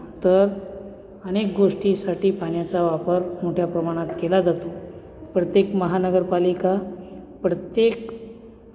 तर अनेक गोष्टीसाठी पाण्याचा वापर मोठ्या प्रमाणात केला जातो प्रत्येक महानगरपालिका प्रत्येक